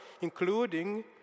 including